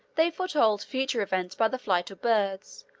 they foretold future events by the flight of birds,